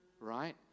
right